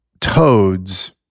toads